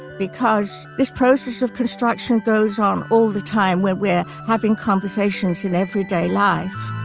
because this process of construction goes on all the time when we're having conversations in everyday life